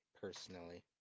personally